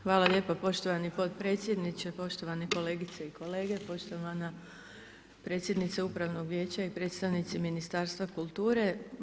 Hvala lijepa poštovani potpredsjedniče, poštovane kolegice i kolege, poštovana predsjednice Upravnog vijeća i predstavnici Ministarstva kulture.